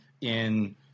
in-